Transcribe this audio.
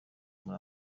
muri